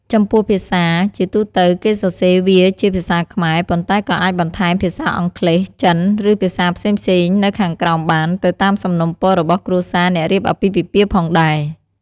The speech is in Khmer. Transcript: ចំពោះភាសា ជាទូទៅ គេសរសេរវាជាភាសាខ្មែរ ប៉ុន្តែក៏អាចបន្ថែមភាសាអង់គ្លេស ចិន ឬភាសាផ្សេងៗនៅខាងក្រោមបាន ទៅតាមសំណូមពររបស់គ្រួសារអ្នករៀបអាពាហ៍ពិពាហ៍ផងដែរ។